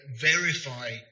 verify